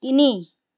তিনি